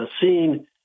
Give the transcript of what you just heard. seen